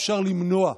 אפשר למנוע.